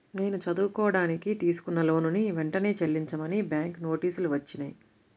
నేను చదువుకోడానికి తీసుకున్న లోనుని వెంటనే చెల్లించమని బ్యాంకు నోటీసులు వచ్చినియ్యి